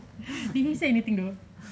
he didn't said anything !duh!